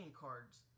cards